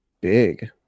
Big